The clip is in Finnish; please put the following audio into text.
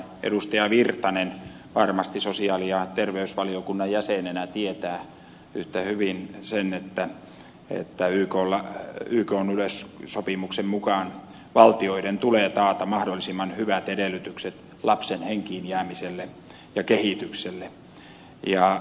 erkki virtanen varmasti sosiaali ja terveysvaliokunnan jäsenenä tietää yhtä hyvin sen että ykn yleissopimuksen mukaan valtioiden tulee taata mahdollisimman hyvät edellytykset lapsen henkiin jäämiselle ja kehitykselle